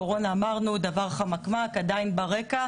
הקורונה היא עדיין דבר חמקמק והיא עדיין ברקע,